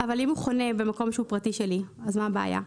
אבל אם הוא חונה במקום פרטי שלי אז מה הבעיה?